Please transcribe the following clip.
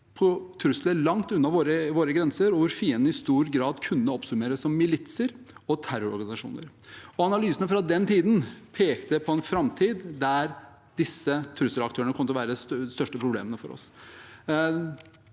på trusler langt unna våre grenser, og hvor fienden i stor grad kunne oppsummeres som militser og terrororganisasjoner. Analysene fra den tiden pekte på en framtid der disse trusselaktørene kom til å være det største problemet for oss.